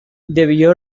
debió